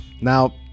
Now